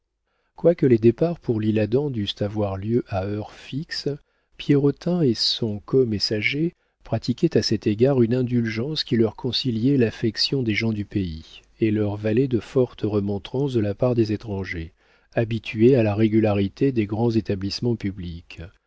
quoique les départs pour l'isle-adam dussent avoir lieu à heure fixe pierrotin et son comessager pratiquaient à cet égard une indulgence qui leur conciliait l'affection des gens du pays et leur valait de fortes remontrances de la part des étrangers habitués à la régularité des grands établissements publics